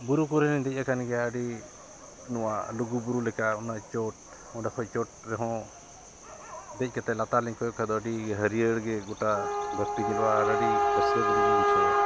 ᱵᱩᱨᱩ ᱠᱚᱨᱮᱧ ᱫᱮᱡ ᱟᱠᱟᱱ ᱜᱮᱭᱟ ᱟᱹᱰᱤ ᱱᱚᱣᱟ ᱞᱩᱜᱩ ᱵᱩᱨᱩ ᱞᱮᱠᱟ ᱩᱱᱟᱹᱜ ᱪᱚᱴ ᱚᱸᱰᱮ ᱠᱷᱚᱱ ᱪᱚᱴ ᱨᱮᱦᱚᱸ ᱫᱮᱡ ᱠᱟᱛᱮᱫ ᱞᱟᱛᱟᱨ ᱞᱤᱧ ᱠᱚᱭᱚᱜ ᱠᱷᱚᱱ ᱫᱚ ᱟᱹᱰᱤ ᱦᱟᱹᱨᱭᱟᱹᱲ ᱜᱮ ᱜᱚᱴᱟ ᱫᱷᱟᱹᱨᱛᱤ ᱧᱮᱞᱚᱜᱼᱟ ᱟᱨ ᱟᱹᱰᱤ ᱨᱟᱹᱥᱠᱟᱹ ᱜᱮᱞᱤᱧ ᱵᱩᱡᱷᱟᱹᱣᱟ